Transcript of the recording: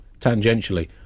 tangentially